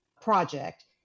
project